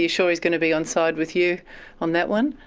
you sure he's going to be onside with you on that one?